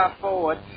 forward